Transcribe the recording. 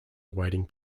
awaiting